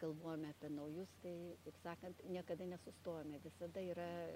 galvojame apie naujus tai kaip sakant niekada nesustojame visada yra